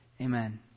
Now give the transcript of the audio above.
amen